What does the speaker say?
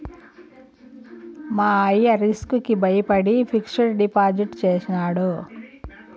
మా అయ్య రిస్క్ కి బయపడి ఫిక్సిడ్ డిపాజిట్ చేసినాడు